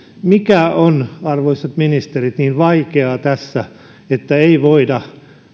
mikä on arvoisat ministerit niin vaikeaa tässä että ei voida